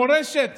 מורשת?